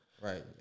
Right